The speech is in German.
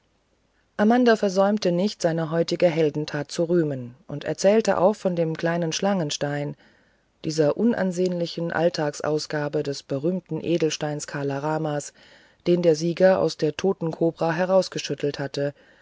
amanda versäumte nicht seine heutige heldentat zu rühmen und erzählte auch von dem kleinen schlangenstein dieser unansehnlichen alltagsausgabe des berühmten edelsteins kala ramas den der sieger aus der toten kobra herausgeschüttelt hatte